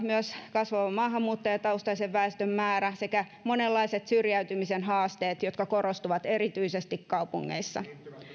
myös kasvava maahanmuuttajataustaisen väestön määrä sekä monenlaiset syrjäytymisen haasteet jotka korostuvat erityisesti kaupungeissa